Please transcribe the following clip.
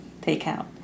takeout